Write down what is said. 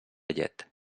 llet